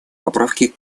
поправки